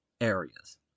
areas